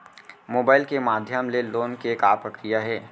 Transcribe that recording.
Mobile के माधयम ले लोन के का प्रक्रिया हे?